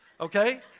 okay